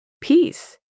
peace